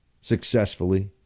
successfully